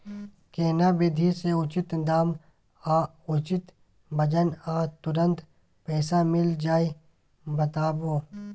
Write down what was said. केना विधी से उचित दाम आ उचित वजन आ तुरंत पैसा मिल जाय बताबू?